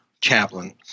chaplain